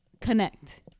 connect